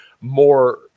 more –